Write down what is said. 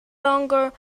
longer